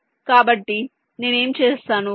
కాబట్టి నేను ఏమి చేస్తాను